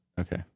Okay